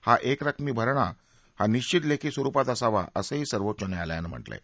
हा एकरकमी भरणा हा निश्चित लेखी स्वरूपात असावा असंही सर्वोच्चन्यायालयानं म्हानिं आहे